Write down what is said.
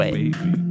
baby